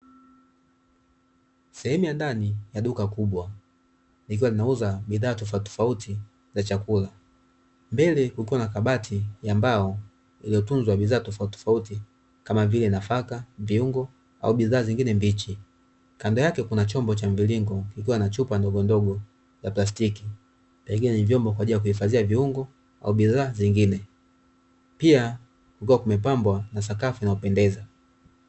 Sehemu ya ndani ya duka kubwa likiwa linauza bidhaa tofauti tofauti za chakula, mbele kukiwa na kabati ya mbao lililotunza bidhaa tofauti tofauti kama vile nafaka, viungo au bidhaa zingine mbichi kando yake kuna chombo cha mviringo kikiwa na chupa ndogo ndogo za plastiki lakini ni vyombo kwa ajili ya kuhifadhia viungo au bidhaa zingine, pia kukiwa kumepambwa na sakafu inayopendeza.